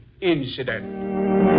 incident